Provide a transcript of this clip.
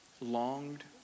longed